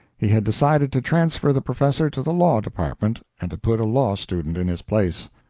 he had decided to transfer the professor to the law department and to put a law-student in his place.